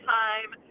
time